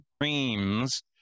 dreams